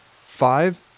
Five